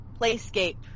Playscape